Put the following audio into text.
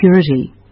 security